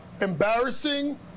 embarrassing